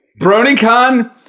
BronyCon